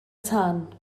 tân